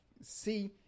see